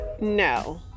No